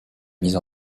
mise